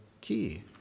key